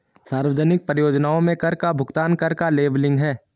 सार्वजनिक परियोजनाओं में कर का भुगतान कर का लेबलिंग है